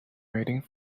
waiting